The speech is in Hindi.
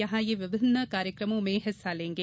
यहां वे विभिन्न कार्यक्रम में हिस्सा लेंगे